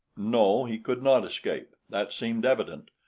no, he could not escape that seemed evident.